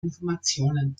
informationen